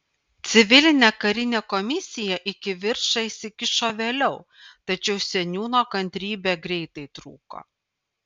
civilinė karinė komisija į kivirčą įsikišo vėliau tačiau seniūno kantrybė greitai trūko